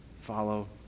Follow